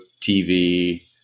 TV